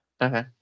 Okay